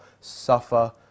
suffer